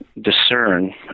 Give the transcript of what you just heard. discern